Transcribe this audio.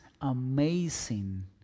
amazing